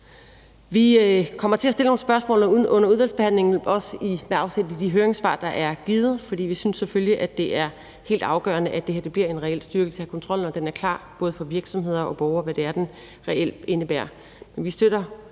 Vi kommer til at stille nogle spørgsmål under udvalgsbehandlingen, også med afsæt i de høringssvar, der er givet. For vi synes selvfølgelig, det er helt afgørende, at det her bliver en reel styrkelse af kontrollen, og at det er klart for både virksomheder og borgere, hvad det er, den reelt indebærer.